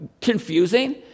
confusing